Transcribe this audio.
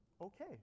okay